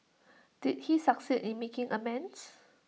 did he succeed in making amends